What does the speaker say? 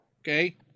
Okay